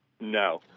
No